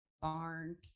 barn